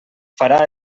farà